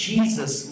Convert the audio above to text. Jesus